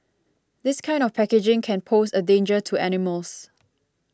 this kind of packaging can pose a danger to animals